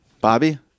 Bobby